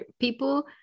people